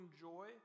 joy